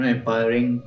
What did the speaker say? Empowering